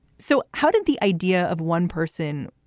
so how did the idea of one person,